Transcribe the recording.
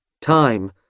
time